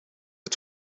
het